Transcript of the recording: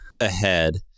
ahead